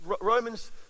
romans